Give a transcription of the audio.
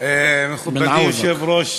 מכובדי היושב-ראש,